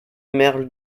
merle